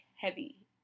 heavy